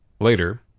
later